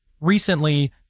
recently